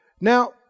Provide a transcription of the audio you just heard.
Now